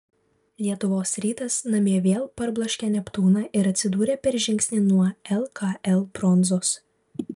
lietuvos rytas namie vėl parbloškė neptūną ir atsidūrė per žingsnį nuo lkl bronzos